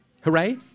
Hooray